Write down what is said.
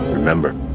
Remember